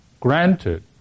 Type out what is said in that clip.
Granted